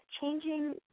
changing –